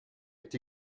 est